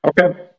Okay